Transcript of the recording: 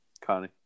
Connie